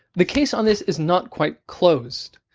the case on this is not quite closed.